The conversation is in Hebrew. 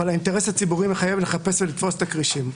אבל האינטרס הציבורי מחייב לחפש ולתפוס את הכרישים.